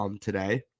today